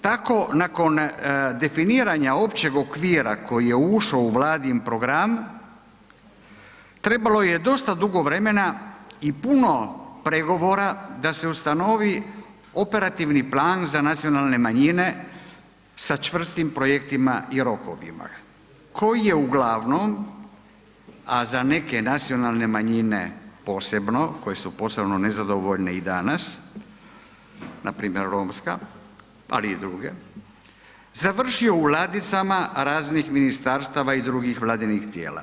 Tako nakon definiranja općeg okvira koji je ušao u Vladin program trebalo je dosta dugo vremena i puno pregovora da se ustanovi operativni plan za nacionalne manjine sa čvrstim projektima i rokovima koji je uglavnom, a za neke nacionalne manjine posebno, koje su posebno nezadovoljne i danas npr. Romska ali i druge, završio u ladicama raznih ministarstava i drugih vladinih tijela.